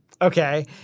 Okay